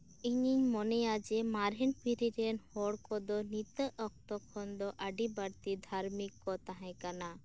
ᱤᱧᱤᱧ ᱢᱚᱱᱮᱭᱟ ᱡᱮ ᱢᱟᱨᱮᱱ ᱯᱤᱲᱦᱤ ᱨᱮᱱ ᱦᱚᱲ ᱠᱚᱫᱚ ᱱᱤᱛᱚᱜ ᱚᱠᱛᱚ ᱠᱷᱚᱱᱫᱚ ᱟᱹᱰᱤ ᱵᱟᱹᱲᱛᱤ ᱫᱷᱟᱹᱨᱢᱤᱠ ᱠᱚ ᱛᱟᱦᱮᱸ ᱠᱟᱱᱟ